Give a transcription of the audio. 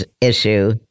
issue